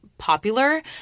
popular